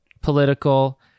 political